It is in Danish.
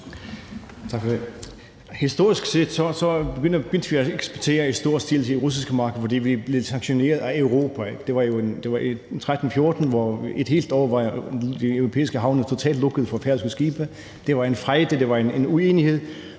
Historisk set begyndte vi at eksportere i stor stil til de russiske markeder, fordi vi blev sanktioneret af Europa. Det var i 2013-2014, og i et helt år var de europæiske havne totalt lukkede for færøske skibe. Det var en fejde, det var en uenighed,